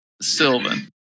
Sylvan